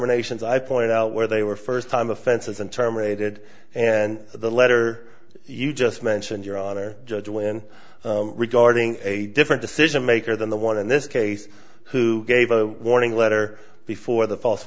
terminations i pointed out where they were first time offenses and terminated and the letter you just mentioned your honor judge when regarding a different decision maker than the one in this case who gave a warning letter before the f